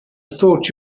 thought